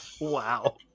Wow